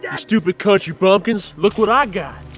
yeah stupid country bumpkins. look what i got.